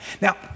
Now